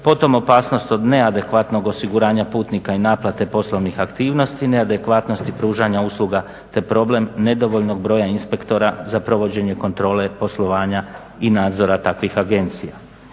potom opasnost od neadekvatnog osiguranja putnika i naplate poslovnih aktivnosti, neadekvatnosti pružanja usluga te problem nedovoljnog broja inspektora za provođenje kontrole poslovanja i nadzora takvih agencija.